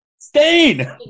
Stain